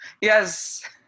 Yes